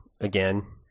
again